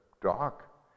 doc